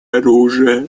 оружия